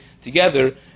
together